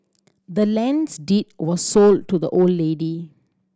the land's deed was sold to the old lady